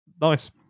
nice